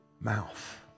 mouth